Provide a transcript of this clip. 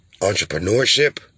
entrepreneurship